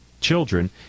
children